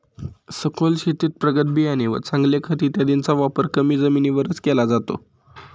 सखोल शेतीत प्रगत बियाणे व चांगले खत इत्यादींचा वापर कमी जमिनीवरच केला जातो